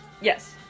Yes